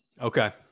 Okay